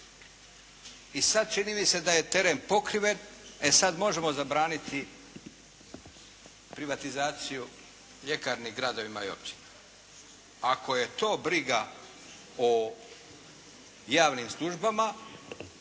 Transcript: I sad čini mi se da je teren pokriven, e sad možemo zabraniti privatizaciju ljekarni gradovima i općinama. Ako je to briga o javnim službama